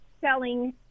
selling